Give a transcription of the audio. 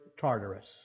Tartarus